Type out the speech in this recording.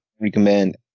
recommend